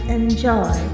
enjoy